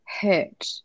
hurt